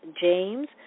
James